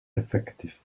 effective